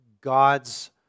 God's